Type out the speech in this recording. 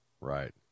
right